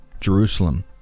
Jerusalem